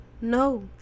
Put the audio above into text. No